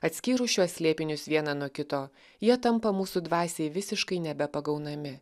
atskyrus šiuos slėpinius vieną nuo kito jie tampa mūsų dvasiai visiškai nebe pagaunami